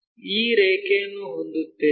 ಈ ರೇಖೆಯನ್ನು ಹೊಂದುತ್ತೇವೆ